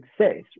success